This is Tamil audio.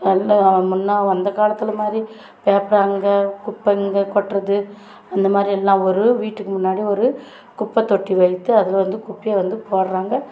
அதில் முன்னே அந்த காலத்தில்மாரி பேப்பரை அங்கே குப்பை இங்கே கொட்டுறது அந்தமாதிரி எல்லாம் ஒரு வீட்டுக்கு முன்னாடி ஒரு குப்பைத்தொட்டி வைத்து அதில் வந்து குப்பையை வந்து போடுறாங்க